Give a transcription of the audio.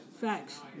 Facts